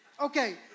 Okay